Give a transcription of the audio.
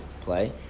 play